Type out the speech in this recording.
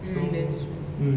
mm that's true